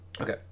okay